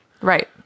right